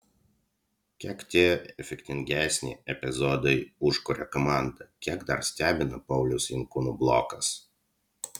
kiek tie efektingesni epizodai užkuria komandą kiek dar stebina pauliaus jankūno blokas